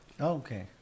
Okay